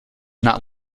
not